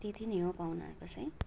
त्यति नै हो पाहुनाहरूको चाहिँ